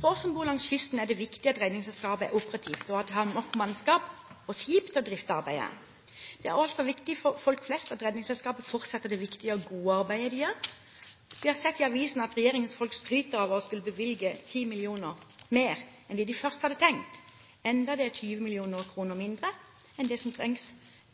For oss som bor langs kysten, er det viktig at Redningsselskapet er operativt og har nok mannskap og skip til å drifte arbeidet. Det er viktig for folk flest at Redningsselskapet fortsetter det viktige og gode arbeidet de gjør. Vi har sett i avisene at regjeringsfolk skryter av å skulle bevilge 10 mill. kr mer enn det de først hadde tenkt – enda det er 20 mill. kr mindre enn det som trengs